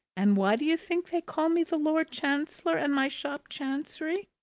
and why do you think they call me the lord chancellor and my shop chancery?